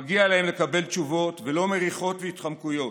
מגיע להם לקבל תשובות ולא מריחות והתחמקויות.